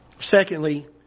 Secondly